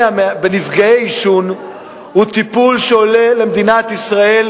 פשוט נרשמתי לפניו, שחשוב כאן להדגיש שני